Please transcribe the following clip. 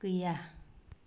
गैया